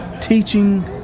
teaching